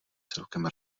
celkem